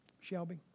Shelby